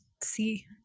see